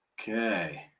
Okay